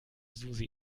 susi